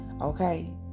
Okay